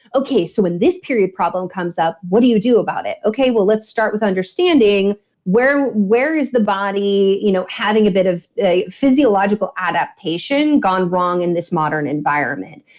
okay. so when this period problem comes up, what do you do about it? okay. well, let's start with understanding where where is the body you know having a bit of a physiological adaptation gone wrong in this modern environment.